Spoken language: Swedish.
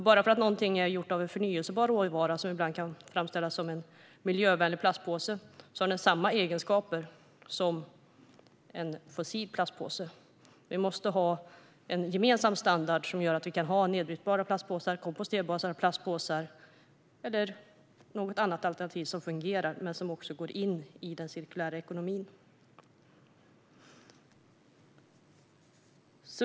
Bara för någonting är gjort av en förnybar råvara kan det ibland framställas som en miljövänlig plastpåse. Men den har samma egenskaper som en fossil plastpåse. Vi måste ha en gemensam standard som gör att vi kan ha nedbrytbara plastpåsar, komposterbara plastpåsar eller något annat alternativ som fungerar men som går in i den cirkulära ekonomin.